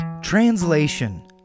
Translation